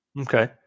okay